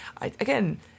Again